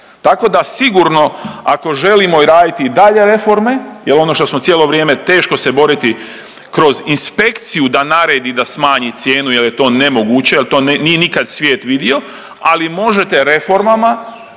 Tako da sigurno ako želimo raditi i dalje reforme jel ono što smo cijelo vrijeme teško se boriti kroz inspekciju da naredi da smanji cijenu jer je to nemoguće jel to nije nikad svijet vidio, ali možete reformama,